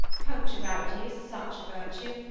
punctuality is such a virtue,